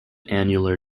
annular